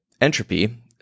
entropy